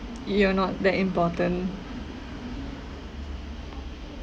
you are not that important